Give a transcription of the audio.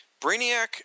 Brainiac